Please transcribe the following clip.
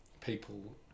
people